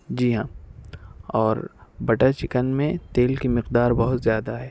جی ہاں اور butter chicken میں تیل کی مقدار بہت زیادہ ہے